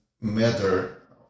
matter